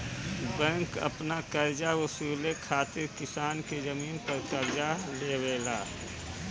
bank अपन करजा वसूले खातिर किसान के जमीन पर कब्ज़ा लेवेला